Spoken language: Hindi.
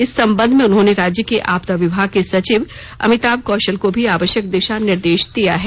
इस संबंध में उन्होंने राज्य के आपदा विभाग के सचिव अमिताभ कौशल को भी आवश्यक दिशा निर्देश दिया है